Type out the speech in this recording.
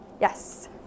Yes